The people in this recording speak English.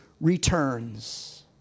returns